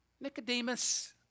Nicodemus